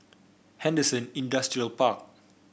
Henderson Industrial Park